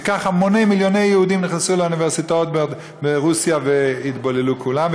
וכך המוני מיליוני יהודים נכנסו לאוניברסיטאות ברוסיה והתבוללו כולם,